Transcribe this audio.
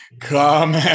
come